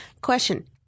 Question